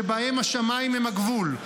שבהם השמיים הם הגבול,